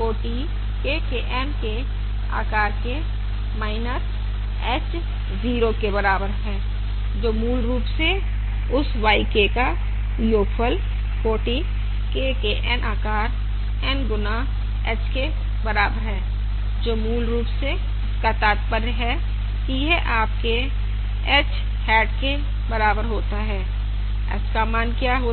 कोटि K के N आकार के h 0 के बराबर है जो मूल रूप से उस yK का योगफल कोटि K के N आकार n गुना h के बराबर है जो मूल रूप से इसका तात्पर्य है कि यह आपके h हैट के बराबर होता है h का मान क्या होता है